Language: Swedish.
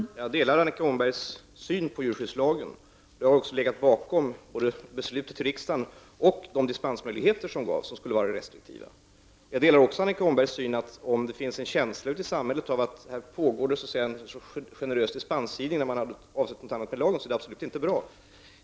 Herr talman! Jag delar Annika Åhnbergs syn på djurskyddslagen. Jag har också legat bakom både beslutet i riksdagen och de restriktiva dispensmöjligheter som gavs. Jag delar också Annika Åhnbergs syn på att om det finns en känsla i samhället av att det pågår en generös dispensgivning som leder till någonting annat än vad som var avsett med lagen, är detta naturligtvis inte bra.